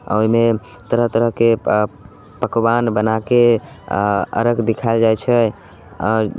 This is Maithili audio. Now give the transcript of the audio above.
आ ओहिमे तरह तरहके पकबान बनाके आ अरग देखाएल जाइत छै आ